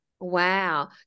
Wow